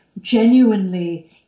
Genuinely